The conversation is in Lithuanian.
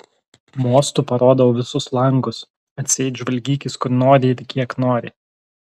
mostu parodau visus langus atseit žvalgykis kur nori ir kiek nori